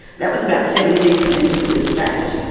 that was about seventeen percent of the estate.